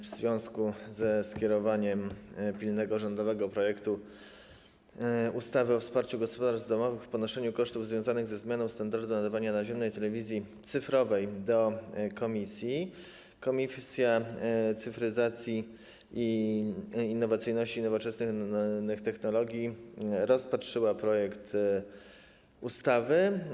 W związku ze skierowaniem pilnego rządowego projektu ustawy o wsparciu gospodarstw domowych w ponoszeniu kosztów związanych ze zmianą standardu nadawania naziemnej telewizji cyfrowej do Komisji Cyfryzacji, Innowacyjności i Nowoczesnych Technologii komisja rozpatrzyła ten projekt ustawy.